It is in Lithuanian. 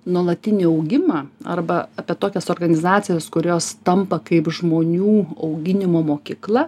nuolatinį augimą arba apie tokias organizacijas kurios tampa kaip žmonių auginimo mokykla